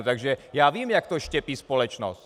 Takže já vím, jak to štěpí společnost.